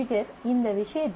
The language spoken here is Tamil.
ட்ரிகர் இந்த விஷயத்தை